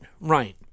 right